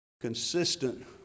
consistent